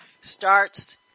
starts